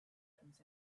comes